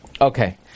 Okay